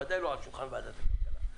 בוודאי לא על שולחן ועדת הכלכלה.